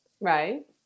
Right